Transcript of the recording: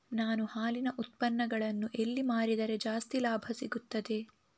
ನಾನು ಹಾಲಿನ ಉತ್ಪನ್ನಗಳನ್ನು ಎಲ್ಲಿ ಮಾರಿದರೆ ಜಾಸ್ತಿ ಲಾಭ ಸಿಗುತ್ತದೆ?